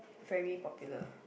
very popular